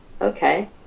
okay